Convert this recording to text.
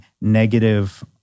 negative